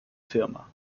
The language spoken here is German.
firma